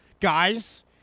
Guys